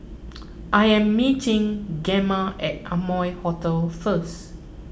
I am meeting Gemma at Amoy Hotel first